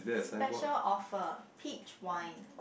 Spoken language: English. special offer peach wine